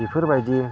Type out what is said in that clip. बेफोरबायदि